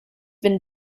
been